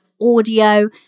audio